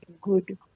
good